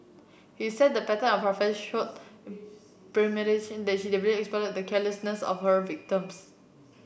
he said the pattern of her showed premeditation in that she deliberately exploited the carelessness of her victims